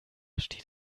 steht